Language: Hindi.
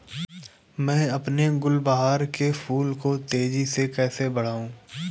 मैं अपने गुलवहार के फूल को तेजी से कैसे बढाऊं?